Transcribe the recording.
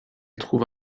trouve